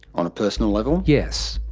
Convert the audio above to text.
on a personal level? yes?